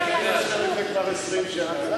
כמנכ"לית יודעת כמה זמן זה לוקח.